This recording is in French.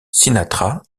sinatra